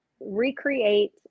recreate